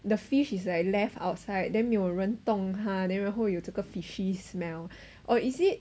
the fish is like left outside then 没有人动它 then 然后有这个 fishy smell or is it